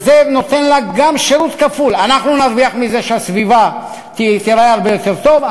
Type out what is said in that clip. וזה נותן גם שירות כפול: אנחנו נרוויח מזה שהסביבה תיראה הרבה יותר טוב,